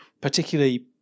particularly